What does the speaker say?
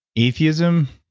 atheism,